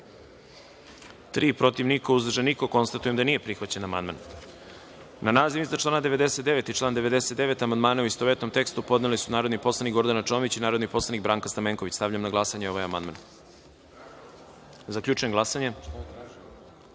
protiv – niko, uzdržanih – nema. Konstatujem da nije prihvaćen amandman. Na naziv iznad člana 99. i član 99. amandmane, u istovetnom tekstu, podnele su narodni poslanik Gordana Čomić i narodni poslanik Branka Stamenković. Stavljam na glasanje ovaj amandman. Zaključujem glasanje